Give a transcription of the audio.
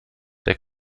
der